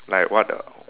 like what the